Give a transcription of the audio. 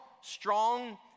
strong